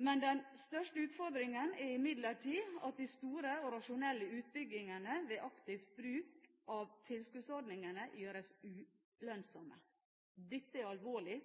men den største utfordringen er imidlertid at de store og rasjonelle utbyggingene ved aktiv bruk av tilskuddsordningene gjøres ulønnsomme.» Dette er alvorlig.